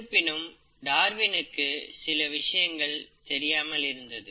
இருப்பினும் டார்வினுக்கு சில விஷயங்கள் தெரியாமல் இருந்தது